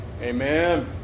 Amen